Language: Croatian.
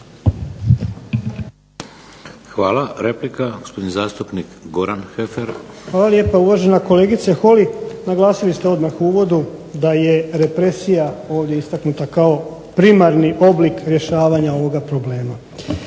Hvala. Replika, gospodin zastupnik Goran Heffer. **Heffer, Goran (SDP)** Hvala lijepa. Uvažena kolegice Holy, naglasili ste odmah u uvodu da je represija ovdje istaknuta kao primarni oblik rješavanja ovoga problema.